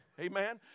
Amen